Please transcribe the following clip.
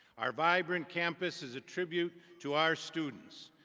our vibrant campus is a tribute to our students,